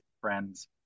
friends